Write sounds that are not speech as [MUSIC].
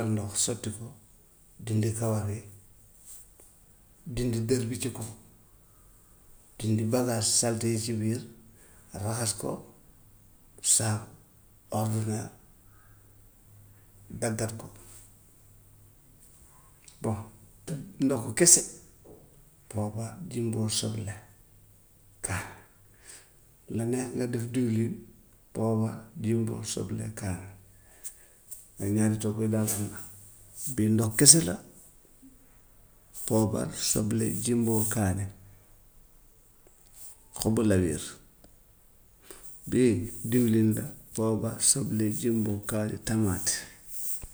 Ndox sotti ko, dindi kawar yi, dindi der bi ci kaw, dindi bagaas saleté yi ci biir, raxas ko saabu ordinaire, daggat ko, [NOISE] bon [NOISE] ndoxu kese, poobar, jumbo, soble, kaani. Bu la neexee nga def diwlin, poobar, jumbo, soble, kaani. [NOISE] Mais ñaari togg yi daal [NOISE] am na. Bii ndox kese la, poobar, soble, jumbo, [NOISE] kaane, xobu lëwiir. Bii diwlin la, poobar, soble, jumbo, kaane, tamaate. [NOISE]